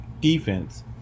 defense